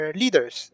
leaders